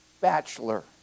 bachelor